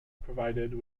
provided